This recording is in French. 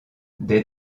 des